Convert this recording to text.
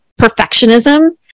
perfectionism